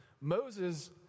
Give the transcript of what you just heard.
Moses